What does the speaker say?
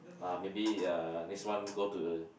uh maybe uh next one go to